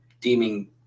deeming